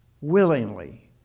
Willingly